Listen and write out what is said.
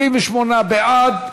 27 בעד,